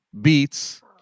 beats